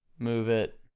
move it,